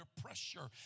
pressure